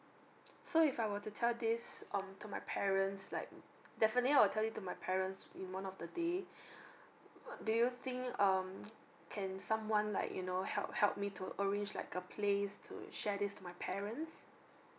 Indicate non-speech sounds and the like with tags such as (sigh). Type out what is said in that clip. so if I were to tell this um to my parents like definitely I'll tell it to my parents in one of the day (noise) do you think um can someone like you know help help me to arrange like a place to share this to my parents